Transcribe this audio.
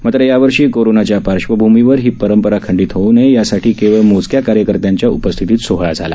मात्र यावर्षी कोरोनाच्या पार्श्वभूमीवर ही परंपरा खंडित होऊ नये यासाठी केवळ मोजक्या कार्यकर्त्याच्या उपस्थितीत हा सोहळा झाला